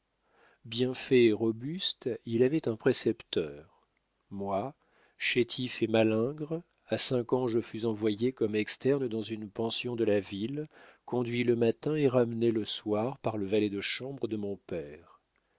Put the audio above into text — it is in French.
fait et robuste il avait un précepteur moi chétif et malingre à cinq ans je fus envoyé comme externe dans une pension de la ville conduit le matin et ramené le soir par le valet de chambre de mon père